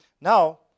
Now